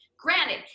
Granted